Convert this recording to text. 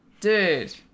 Dude